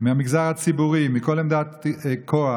מהמגזר הציבורי, מכל עמדת כוח,